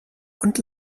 und